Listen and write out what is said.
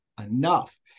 enough